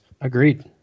Agreed